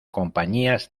compañías